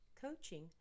coaching